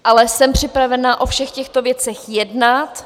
Ale jsem připravena o všech těchto věcech jednat.